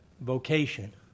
vocation